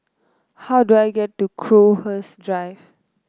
how do I get to Crowhurst Drive